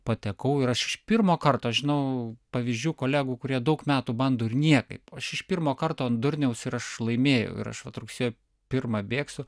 patekau ir aš iš pirmo karto žinau pavyzdžių kolegų kurie daug metų bando ir niekaip aš iš pirmo karto ant durniaus ir aš laimėjau ir aš vat rugsėjo pirma bėgsiu